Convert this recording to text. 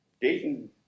Dayton